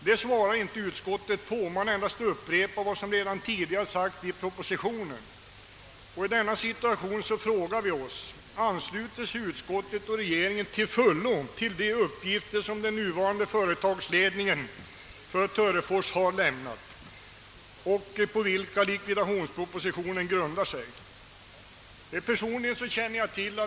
Detta svarar utskottet inte på — man endast upprepar vad som redan tidigare har sagts i propositionen. Vi frågar därför: Ansluter sig utskottet och regeringen till fullo till de uppgifter som den nuvarande företagsledningen för Törefors har lämnat och på vilka likviditetspropositionen grundar sig?